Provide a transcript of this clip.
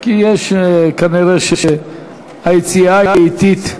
כי יש, כנראה היציאה היא אטית.